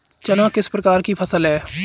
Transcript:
चना किस प्रकार की फसल है?